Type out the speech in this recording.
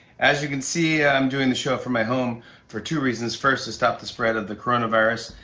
as you can see, i'm doing the show from my home for two reasons first, to stop the spread of the coronavirus.